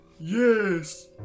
Yes